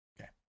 Okay